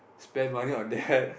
spend money on that